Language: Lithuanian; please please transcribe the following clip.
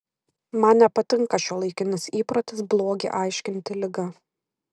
man nepatinka šiuolaikinis įprotis blogį aiškinti liga